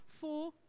four